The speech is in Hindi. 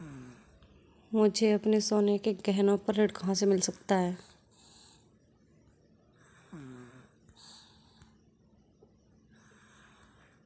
मुझे अपने सोने के गहनों पर ऋण कहाँ से मिल सकता है?